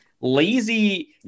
lazy